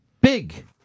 Big